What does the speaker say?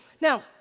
Now